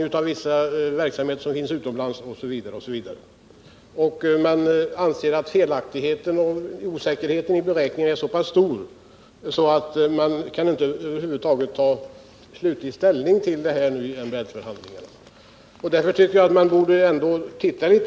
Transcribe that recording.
Fortfarande tycks dock bolaget sakna planering för vad en sådan vidareförädling skall avse. Detta framgår av en skrivelse som kommunen sänt till industriministern med krav på snara åtgärder beträffande vidareförädling i Karlsborg. En bristande planering av vidareförädlingsinvesteringarna inom svensk skogsindustri är synnerligen olycklig.